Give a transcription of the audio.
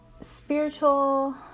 spiritual